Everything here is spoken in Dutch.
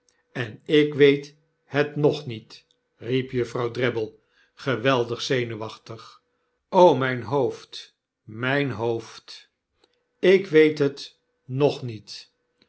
en ik weet het nog niet riep juffrouw drabble geweldig zenuwachtig mijn hoofd myn hoofd ik weet het nog niet